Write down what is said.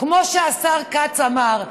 כמו שהשר כץ אמר,